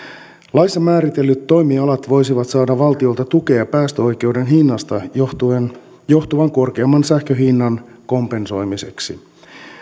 laissa määritellyt toimialat voisivat saada valtiolta tukea päästöoikeuden hinnasta johtuvan korkeamman sähkönhinnan kompensoimiseksi